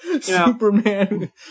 Superman